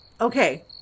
okay